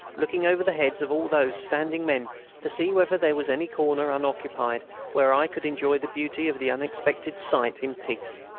looking over the heads of all those standing men to see whether there was any corner unoccupied where i could enjoy the beauty of the unexpected sight in peace.